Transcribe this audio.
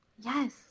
Yes